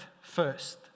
first